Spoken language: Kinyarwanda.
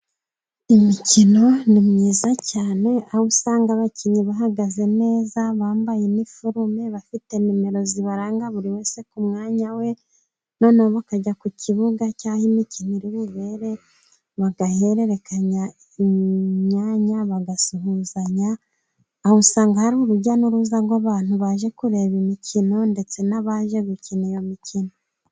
Imikino ni myiza cyane , aho usanga abakinnyi bahagaze neza bambaye iniforume, bafite nimero zibaranga, buri wese ku mwanya we noneho bakajya ku kibuga cy'aho imikino iri bubere bagahererekanya imyanya bagasuhuzanya, aho usanga hari urujya n'uruza rw'abantu baje kureba imikino ndetse n'abaje gukina iyo mikino.